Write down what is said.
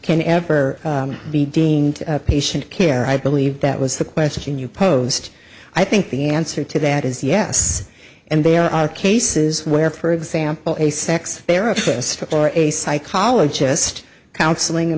can ever be deemed patient care i believe that was the question you posed i think the answer to that is yes and there are cases where for example a sex therapist or a psychologist counseling a